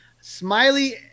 Smiley